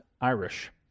Irish